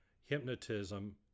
hypnotism